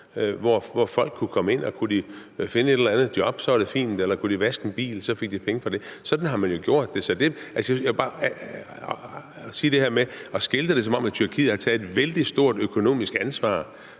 hvor folk kunne komme ind, og kunne de finde et eller andet job, var det fint, eller kunne de vaske en bil, fik de penge for det. Sådan har man jo gjort det. Så jeg vil bare sige til det her med at skildre det, som om Tyrkiet har taget et vældig stort økonomisk ansvar